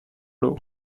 l’eau